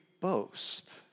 boast